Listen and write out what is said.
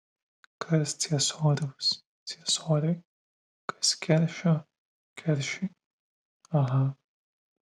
kas ciesoriaus ciesoriui kas keršio keršiui aha